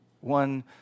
one